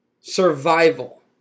Survival